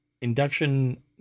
induction